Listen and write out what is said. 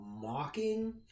mocking